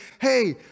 Hey